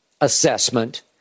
assessment